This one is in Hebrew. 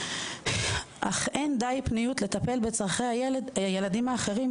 אך אין די פניות לטפל בצורכי הילדים האחרים,